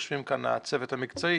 יושב פה הצוות המקצועי,